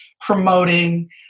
promoting